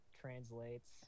translates